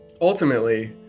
ultimately